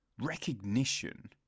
recognition